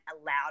allowed